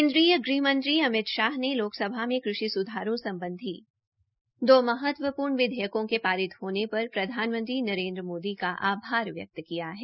केन्द्रीय गृहमंत्री अमित शात ने लोकसभा में कृषि सुधारों सम्बधी दो महत्वपुर्ण विधेयकों के पारित पर प्रधानमंत्री नरेन्द्र मोदी का आभार व्यक्त किया है